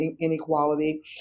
inequality